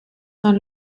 son